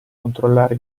controllare